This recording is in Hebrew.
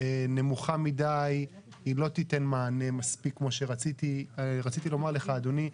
כי גם ככה הוראת השעה מסתיימת במאי 22,